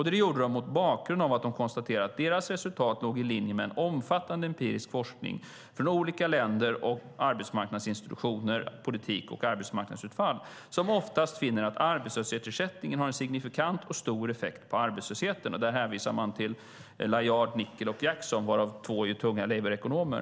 Det gjorde de mot bakgrund av att de konstaterade att deras resultat låg i linje med en omfattande empirisk forskning från olika länder och arbetsmarknadsinstitutioner, politik och arbetsmarknadsutfall, som oftast finner att arbetslöshetsersättningen har en signifikant och stor effekt på arbetslösheten. Där hänvisar de till Layard, Mitchell och Jackson, av vilka två är tunga labourekonomer.